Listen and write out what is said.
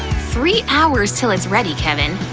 three hours til it's ready, kevin.